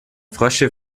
frösche